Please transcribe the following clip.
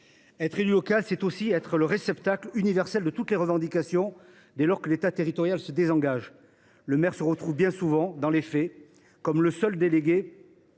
Être élu local, c’est aussi être le réceptacle universel de toutes les revendications, dès lors que l’État territorial se désengage. En pratique, le maire se retrouve bien souvent le seul délégué